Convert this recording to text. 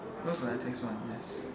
looks like a tax one yes